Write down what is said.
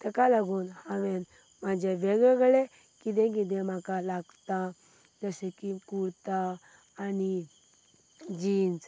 ताका लागून हांवें म्हजे वेगवेगळें कितें कितें म्हाका लागता जशें की कुर्ता आनी जिन्स